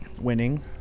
Winning